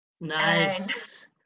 Nice